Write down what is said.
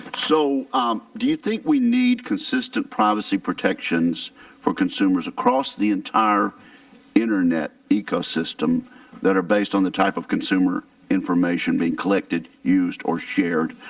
so do you think we need consistent privacy protections for consumers across the entire internet ecosystem that are based on the type of consumer information and collected, used or shared,